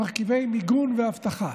מרכיבי מיגון ואבטחה.